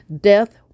Death